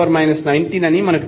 అని మనకు తెలుసు